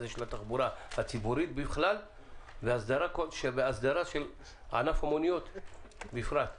של התחבורה הציבורית בכלל והסדרה של ענף המוניות בפרט.